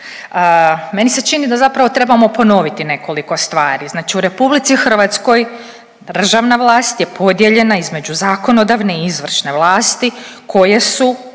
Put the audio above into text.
Meni se čini da zapravo trebamo ponoviti nekoliko stvari. Znači u Republici Hrvatskoj državna vlast je podijeljena između zakonodavne i izvršne vlasti koje su